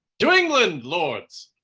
to england, lords.